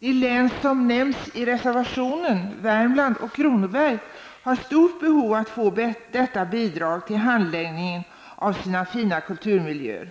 De län som nämns i reservationen -- Värmland och Kronoberg -- har stort behov av att få detta bidrag till handläggningen av sina fina kulturmiljöer.